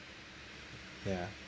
ya